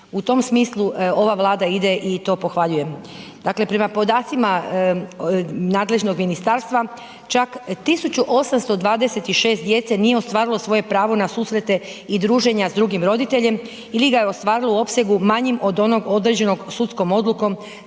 U tom smislu ova Vlada ide i to pohvaljujem. Dakle prema podacima nadležnog ministarstva čak 1826 djece nije ostvarilo svoje pravo na susrete i druženja sa drugim roditeljem ili ga je ostvarilo u opsegu manjim od onog određenog sudskom odlukom